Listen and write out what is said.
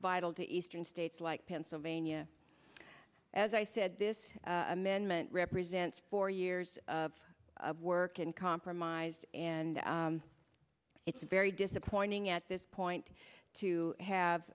vital to eastern states like pennsylvania as i said this amendment represents four years of work and compromise and it's very disappointing at this point to have